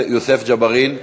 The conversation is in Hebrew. יוסף ג'בארין.